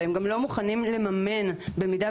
הם גם לא מוכנים לממן את הנושא הזה במידה